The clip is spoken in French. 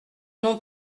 non